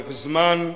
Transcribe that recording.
לאורך זמן,